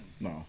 No